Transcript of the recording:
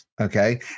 Okay